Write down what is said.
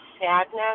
sadness